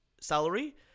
salary